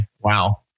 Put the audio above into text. wow